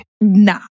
nah